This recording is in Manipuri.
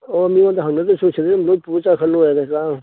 ꯑꯣ ꯃꯤꯉꯣꯟꯗ ꯍꯪꯅꯗ꯭ꯔꯁꯨ ꯁꯤꯗꯒꯤ ꯑꯗꯨꯝ ꯂꯣꯏ ꯄꯨꯔ ꯆꯠꯈ꯭ꯔ ꯂꯣꯏꯔꯦꯗ ꯀꯩꯀꯥꯅꯕꯅꯣ